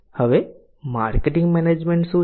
હવે marketing management શું છે